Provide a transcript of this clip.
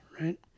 right